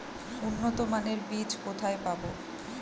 উন্নতমানের বীজ কোথায় পাব?